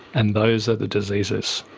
and those are the diseases.